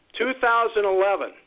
2011